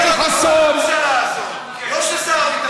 לא של שר הביטחון,